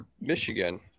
Michigan